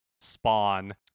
spawn